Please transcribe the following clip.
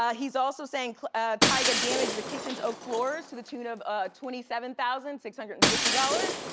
ah he's also saying tiger damaged the kitchen's oak floors to the tune of twenty seven thousand six hundred and fifty dollars.